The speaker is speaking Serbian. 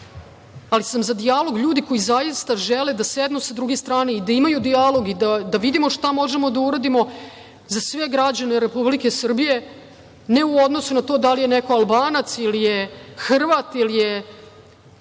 ali sam za dijalog ljudi koji zaista žele da sednu sa druge strane i da imaju dijalog i da vidimo šta možemo da uradimo za sve građane Republike Srbije, ne u odnosu na to da li je neko Albanac ili je Hrvat ili je